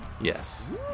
Yes